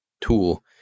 tool